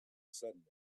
sudden